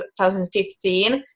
2015